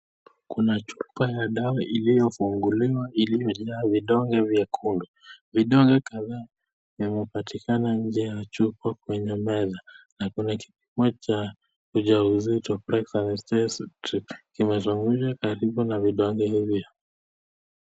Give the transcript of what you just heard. Kuna chupa ya dawa iliyofunguliwa iliyojaa vidonge vyekundu. Vidonge kadhaa vimepatikana nje ya chupa kwenye meza na kuna kipimo cha ujauzito pregnancy test strip kimezunguka karibu na vidonge hivyo.